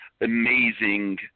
amazing